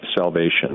salvation